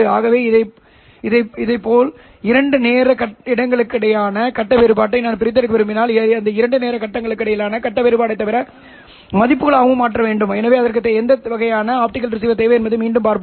ஆகவே இதேபோல் இரண்டு நேர இடங்களுக்கிடையிலான கட்ட வேறுபாட்டை நான் பிரித்தெடுக்க விரும்பினால் இரண்டு நேர இடங்களுக்கிடையிலான கட்ட வேறுபாட்டை தீவிர மதிப்புகளாக மாற்ற வேண்டும் எனவே அதற்கு எந்த வகையான ஆப்டிகல் ரிசீவர் தேவை என்பதை மீண்டும் பார்ப்போம்